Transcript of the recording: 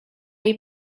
jej